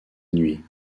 nuit